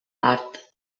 art